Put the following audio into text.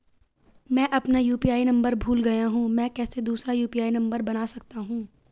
मैं अपना UPI number भूल गया हूँ मैं कैसे दूसरा यु.पी.आई नम्बर बना सकता हूँ?